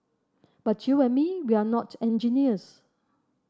but you and me we're not engineers